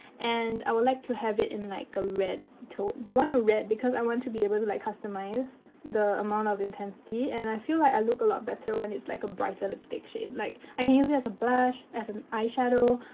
and, i would like to have it in like a red tone. i want a red because i want to be able to like, customize the amount of intensity, and, i feel like i look a lot better when it's like a brighter lipstick shade. like, i can use it as a blush, as an eyeshadow,